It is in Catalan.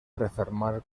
refermar